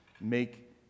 make